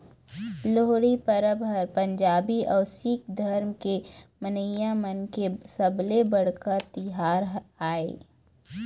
लोहड़ी परब ह पंजाबी अउ सिक्ख धरम के मनइया मन के सबले बड़का तिहार आय